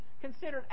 considered